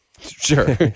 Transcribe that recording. sure